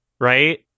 right